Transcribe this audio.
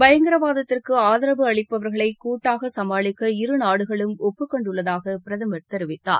பயங்கரவாதத்திற்கு அதரவு அளிப்பவர்களை கூட்டாக சமாளிக்க இரு நாடுகளும் ஒப்புக்கொண்டுள்ளதாக பிரதமர் தெரிவித்தார்